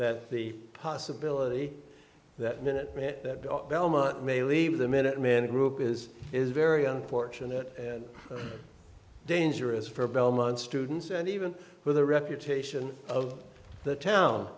that the possibility that minute belmont may leave the minutemen group is is very unfortunate and dangerous for belmont students and even for the reputation of the town